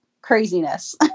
craziness